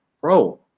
bro